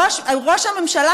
ראש הממשלה,